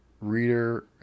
reader